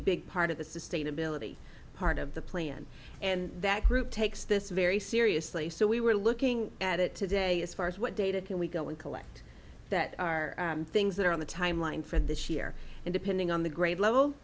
big part of the sustainability part of the plan and that group takes this very seriously so we were looking at it today as far as what data can we go and collect that are things that are on the timeline for this year and depending on the grade level